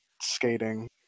skating